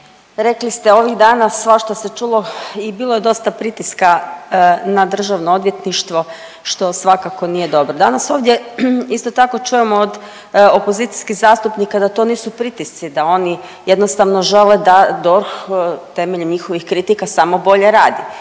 rekli ste ovih dana svašta se čulo i bilo je dosta pritiska na državno odvjetništvo, što svakako nije dobro. Danas ovdje isto tako čujemo od opozicijskih zastupnika da to nisu pritisci, da oni jednostavno žele da DORH temeljem njihovih kritika samo bolje radi.